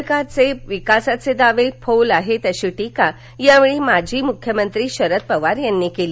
सरकारचे विकासाचे दावे फोल आहेत अशी टीका यावेळी माजी मृख्यमंत्री शरद पवार यांनी केली